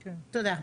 תודה.